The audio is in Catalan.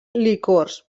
licors